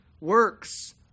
works